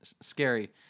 Scary